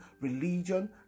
religion